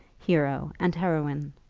hero and heroine.